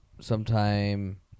sometime